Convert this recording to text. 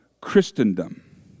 Christendom